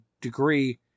degree